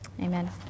Amen